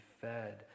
fed